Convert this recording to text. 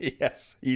Yes